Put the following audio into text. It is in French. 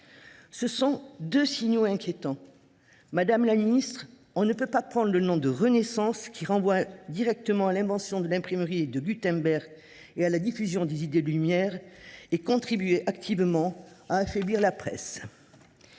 Ce sont deux signaux inquiétants. Madame la ministre, on ne peut pas prendre le nom de « Renaissance », qui renvoie directement à l’invention de l’imprimerie par Gutenberg et à la diffusion des idées des Lumières, et contribuer activement à affaiblir la presse.